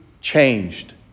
changed